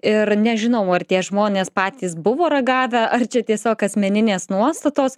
ir nežinau ar tie žmonės patys buvo ragavę ar čia tiesiog asmeninės nuostatos